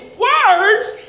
words